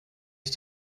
ich